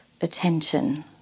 attention